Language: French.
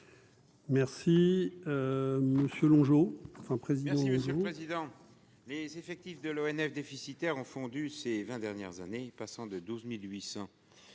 merci monsieur le président,